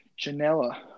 Janela